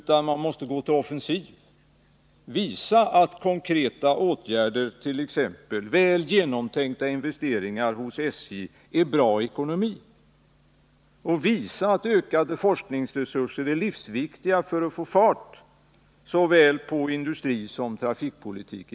Han måste gå till offensiv, visa att konkreta åtgärder, t.ex. väl genomtänkta investeringar hos SJ, är bra ekonomi, visa att ökade forskningsresurser är livsviktiga för att få fart på såväl industri som trafikpolitik.